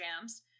jams